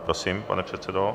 Prosím, pane předsedo.